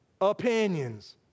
opinions